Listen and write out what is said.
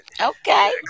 okay